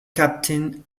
captain